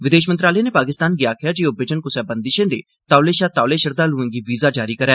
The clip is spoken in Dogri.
विदेश मंत्रालय नै पाकिस्तान गी आक्खेआ जे ओह् विजन कुसै बंदिशें दे तौले शा तौले श्रद्वालुएं गी वीजा जारी करै